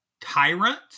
Tyrant